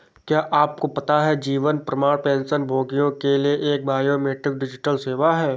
क्या आपको पता है जीवन प्रमाण पेंशनभोगियों के लिए एक बायोमेट्रिक डिजिटल सेवा है?